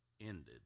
Ended